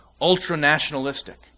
ultra-nationalistic